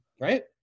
Right